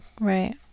Right